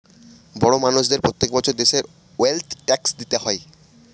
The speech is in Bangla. বড় মানষদের প্রত্যেক বছর দেশের ওয়েলথ ট্যাক্স দিতে হয়